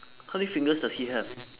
how many fingers does he have